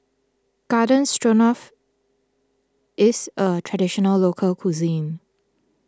Garden Stroganoff is a Traditional Local Cuisine